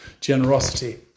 generosity